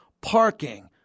Parking